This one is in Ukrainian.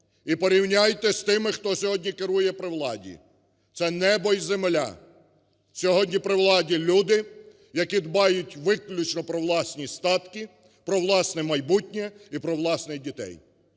І порівняйте з тими, хто сьогодні керує при владі. Це небо і земля. Сьогодні при владі люди, які дбають виключно про власні статки, про власне майбутнє і про власних дітей.